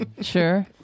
Sure